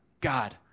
God